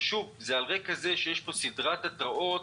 שוב, זה על רקע זה שיש פה סדרת התראות,